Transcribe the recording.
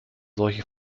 solche